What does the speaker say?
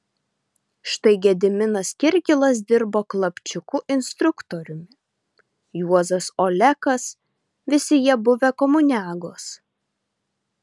štai gediminas kirkilas dirbo klapčiuku instruktoriumi juozas olekas visi jie buvę komuniagos